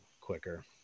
quicker